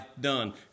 done